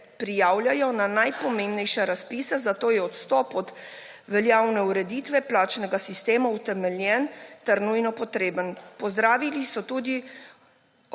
prijavljajo na najpomembnejše razpise, zato je odstop od veljavne ureditve plačnega sistema utemeljen ter nujno potreben. Pozdravili so tudi